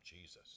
Jesus